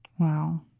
Wow